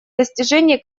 достижения